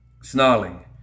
Snarling